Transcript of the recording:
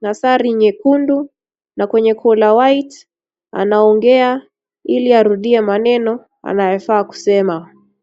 na sare nyekundu na kwenye collar white . Anaongea ili arudie maneno anayofaa kusema.